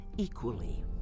equally